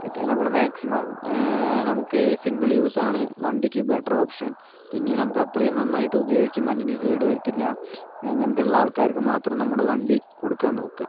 പിന്നെ നമ്മള് മാക്സിമം നമക്ക് സിങ്കിൾ യൂസ് ആണ് വണ്ടിയ്ക്ക് ബെറ്റർ ഓപ്ഷൻ പിന്നെ നമ്മൾ അത്രയും നന്നായിട്ട് ഉപയോഗിയ്ക്കും അല്ലെങ്കി കേട് വരത്തില്ല അങ്ങനത്തെ ഉള്ള ആൾക്കാർക്ക് മാത്രം നമ്മള് വണ്ടി കൊടുക്കാൻ നോക്കുക